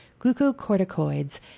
glucocorticoids